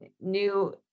new